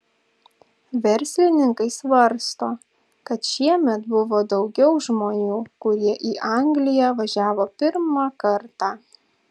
verslininkai svarsto kad šiemet buvo daugiau žmonių kurie į angliją važiavo pirmą kartą